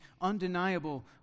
undeniable